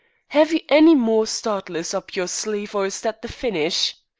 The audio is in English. have you any more startlers up your sleeve, or is that the finish?